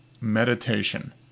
meditation